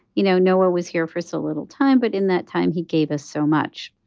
you know, noah was here for so little time, but in that time, he gave us so much.